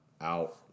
Out